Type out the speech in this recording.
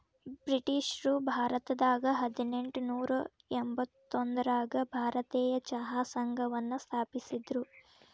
ಬ್ರಿಟಿಷ್ರು ಭಾರತದಾಗ ಹದಿನೆಂಟನೂರ ಎಂಬತ್ತೊಂದರಾಗ ಭಾರತೇಯ ಚಹಾ ಸಂಘವನ್ನ ಸ್ಥಾಪಿಸಿದ್ರು